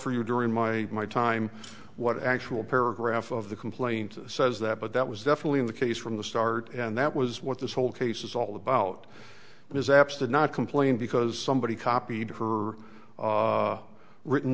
for you during my my time what actual paragraph of the complaint says that but that was definitely in the case from the start and that was what this whole case is all about that is absent not complain because somebody copied or written